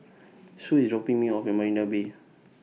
Sue IS dropping Me off At Marina Bay